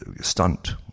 stunt